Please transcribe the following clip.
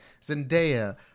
Zendaya